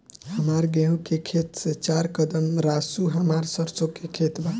हमार गेहू के खेत से चार कदम रासु हमार सरसों के खेत बा